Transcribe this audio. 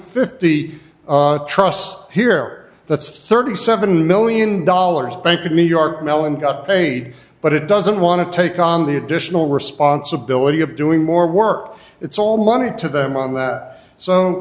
fifty trusts here that's thirty seven million dollars bank of new york mellon got paid but it doesn't want to take on the additional responsibility of doing more work it's all money to them on that so